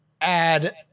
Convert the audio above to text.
add